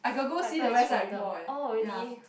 I thought it's random oh really